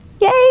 Yay